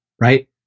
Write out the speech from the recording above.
right